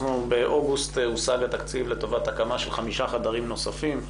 באוגוסט הושג התקציב לטובת הקמה של חמישה חדרים נוספים,